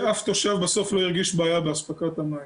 שאף תושב בסוף לא הרגיש בעיה באספקת המים.